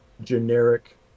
generic